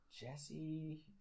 Jesse